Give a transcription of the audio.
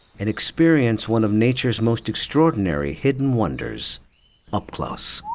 and experience one of nature's most extraordinary hidden wonders up close.